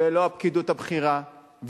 ולא הפקידות הבכירה,